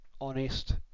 honest